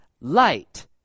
light